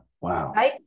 Wow